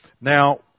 Now